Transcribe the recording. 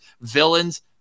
villains